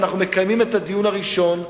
ואנחנו מקיימים את הדיון הראשון.